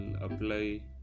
apply